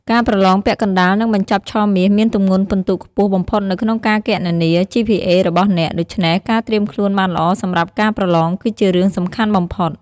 ការប្រឡងពាក់កណ្តាល និងបញ្ចប់ឆមាសមានទម្ងន់ពិន្ទុខ្ពស់បំផុតនៅក្នុងការគណនា ជីភីអេ របស់អ្នក។ ដូច្នេះ ការត្រៀមខ្លួនបានល្អសម្រាប់ការប្រឡងគឺជារឿងសំខាន់បំផុត។